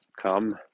come